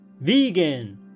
VEGAN